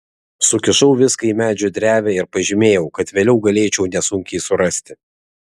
sukišau viską į medžio drevę ir pažymėjau kad vėliau galėčiau nesunkiai surasti